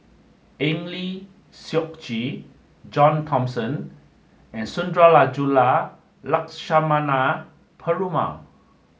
Eng Lee Seok Chee John Thomson and Sundarajulu Lakshmana Perumal